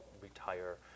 retire